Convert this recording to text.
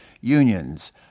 unions